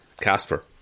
Casper